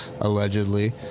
allegedly